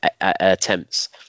attempts